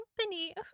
company